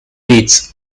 dates